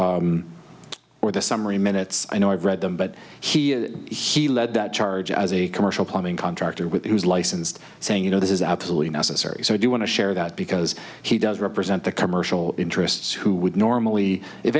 testimony or the summary minutes i know i've read them but he he led that charge as a commercial plumbing contractor with who's licensed saying you know this is absolutely necessary so i do want to share that because he does represent the commercial interests who would normally if